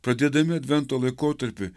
pradėdami advento laikotarpį